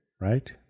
right